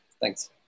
thanks